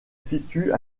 situe